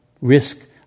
risk